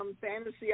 Fantasy